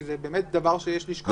שזה דבר שיש לשקול אותו.